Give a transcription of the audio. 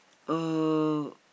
uh